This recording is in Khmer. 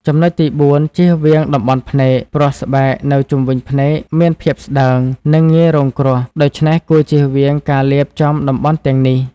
ចំណុចទីបួន ជៀសវាងតំបន់ភ្នែក ព្រោះស្បែកនៅជុំវិញភ្នែកមានភាពស្ដើង និងងាយរងគ្រោះ ដូច្នេះគួរជៀសវាងការលាបចំតំបន់ទាំងនេះ។